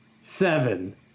Seven